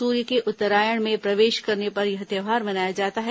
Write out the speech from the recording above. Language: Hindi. सूर्य के उत्तरायण में प्रवेश करने पर यह त्योहार मनाया जाता है